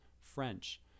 french